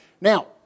Now